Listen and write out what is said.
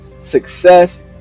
Success